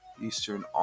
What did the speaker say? Eastern